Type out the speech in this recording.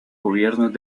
gobiernos